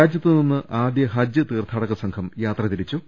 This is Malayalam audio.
രാജ്യത്തുനിന്ന് ആദ്യ ഹജ്ജ് തീർത്ഥാടകസംഘം യാത്ര തിരിച്ചു